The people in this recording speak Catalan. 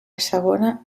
segona